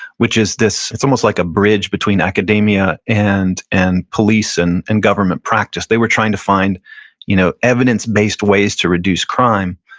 which is this, it's almost like a bridge between academia and and police and and government practice. they were trying to find you know evidence-based ways to reduce crime.